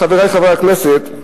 חברי חברי הכנסת,